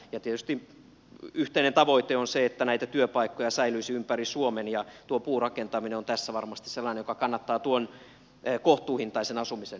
tietysti yhteinen tavoite on se että näitä työpaikkoja säilyisi ympäri suomen ja tuo puurakentaminen on tässä varmasti sellainen joka kannattaa tuon kohtuuhintaisen asumisen